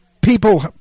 people